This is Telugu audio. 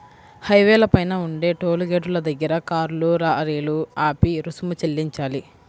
హైవేల పైన ఉండే టోలు గేటుల దగ్గర కార్లు, లారీలు ఆపి రుసుము చెల్లించాలి